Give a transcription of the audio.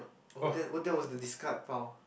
oh that oh that was the discard pile